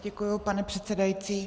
Děkuji, pane předsedající.